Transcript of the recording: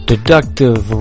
deductive